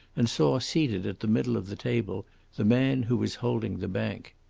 and saw seated at the middle of the table the man who was holding the bank.